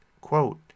quote